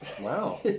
Wow